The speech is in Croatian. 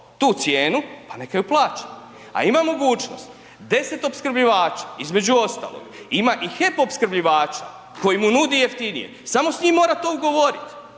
tu cijenu, pa neka ju plaća a ima mogućnost 10 opskrbljivača između ostalog, ima i HEP opskrbljivače koji mu nudi jeftinije, samo s njim mora to ugovorit,